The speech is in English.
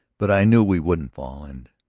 but i knew we wouldn't fall. and,